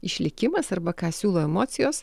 išlikimas arba ką siūlo emocijos